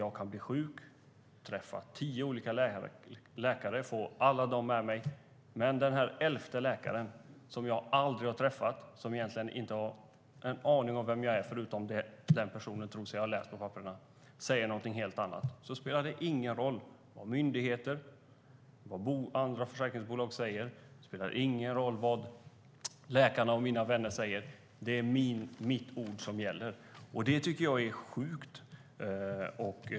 Jag kan bli sjuk, träffa tio olika läkare och få dem alla med mig. Men den elfte läkaren, som jag aldrig har träffat och som egentligen inte har en aning om vem jag är, förutom det han tror sig ha läst i papperen, säger någonting helt annat. Då spelar det ingen roll vad myndigheter och andra försäkringsbolag säger. Det spelar ingen roll vad de andra läkarna och mina vänner säger. Det är den sista läkarens ord som gäller. Det tycker jag är sjukt.